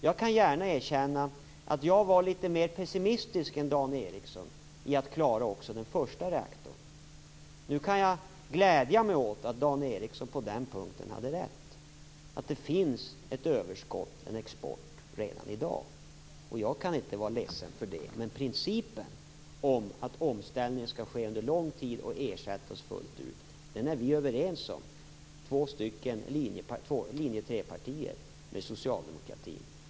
Jag kan gärna erkänna att jag var litet mer pessimistisk än Dan Ericsson om det skulle gå med den första reaktorn. Nu kan jag glädja mig åt att Dan Ericsson hade rätt på den punkten. Det finns ett överskott på exporten redan i dag. Jag kan inte vara ledsen för det. Vi är överens om principen att omställningen skall ske över en längre tid för att sedan ersättas fullt ut, dvs. två stycken linje 3-partier med socialdemokratin.